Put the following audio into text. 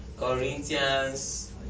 Corinthians